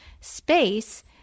space